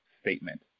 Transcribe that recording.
statement